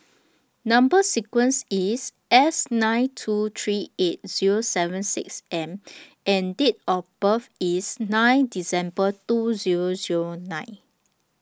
Number sequence IS S nine two three eight Zero seven six M and Date of birth IS nine December two Zero Zero nine